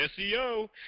seo